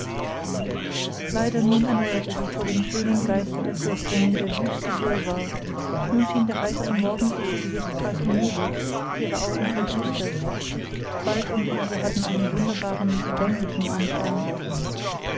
leider nun erneuerte sich vor dem schönen geiste der fürstin der wüste wirrwarr nun schien der heitere morgendliche gesichtskreis umnebelt ihre augen verdüstert wald und wiese hatten einen wunderbaren bänglichen anschein